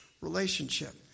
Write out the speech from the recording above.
relationship